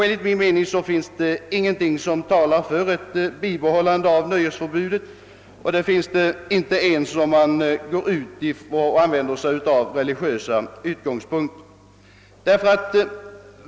Enligt min mening finns det ingenting som talar för ett bibehållande av nöjesförbudet, inte ens från religiösa synpunkter.